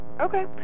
Okay